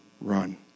run